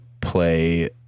play